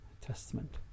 testament